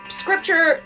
scripture